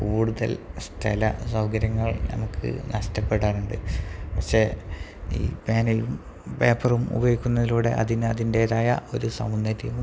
കൂടുതൽ സ്ഥല സൗകര്യങ്ങൾ നമുക്ക് നഷ്ടപ്പെടാറുണ്ട് പക്ഷേ ഈ പേനയും പേപ്പറും ഉപയോഗിക്കുന്നതിലൂടെ അതിനതിൻറ്റേതായ ഒരു സൗന്ദര്യവും